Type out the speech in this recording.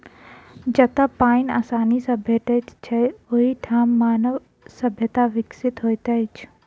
जतअ पाइन आसानी सॅ भेटैत छै, ओहि ठाम मानव सभ्यता विकसित होइत अछि